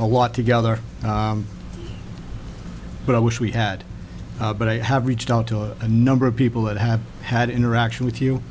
a lot together but i wish we had but i have reached out to a number of people that have had interaction with you